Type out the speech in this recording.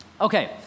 okay